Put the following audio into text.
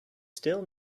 still